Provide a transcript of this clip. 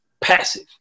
passive